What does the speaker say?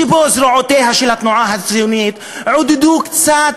שזרועותיה של התנועה הציונית עודדו קצת